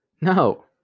No